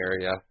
area